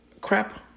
crap